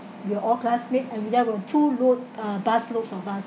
we're all classmates and we got a two load uh busloads of us